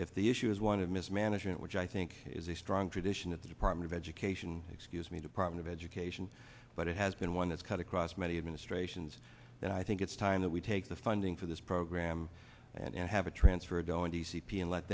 if the issue is one of mismanagement which i think is a strong tradition at the department of education excuse me department of education but it has been one has cut across many administrations that i think it's time that we take the funding for this program and have a transfer of going to c p and let